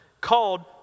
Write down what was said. called